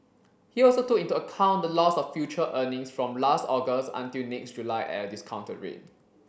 he also took into account the loss of future earnings from last August until next July at a discounted rate